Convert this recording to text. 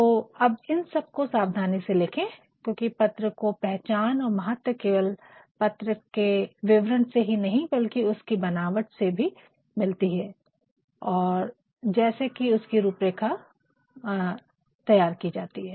तो अब इन सबको सावधानी से लिखे क्योकि पत्र को पहचान और महत्व केवल पत्र के विवरण से ही नहीं बल्कि उसकी बनावट से भी मिलता है और जैसे उसकी रूपरेखा तैयार की जाती है